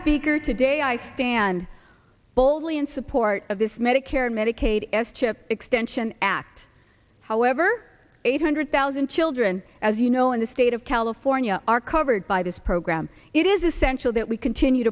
speaker today i stand boldly in support of this medicare medicaid s chip extension act however eight hundred thousand children as you know in the state of california are covered by this program it is essential that we continue